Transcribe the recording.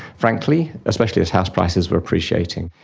frankly, especially as house prices were appreciating.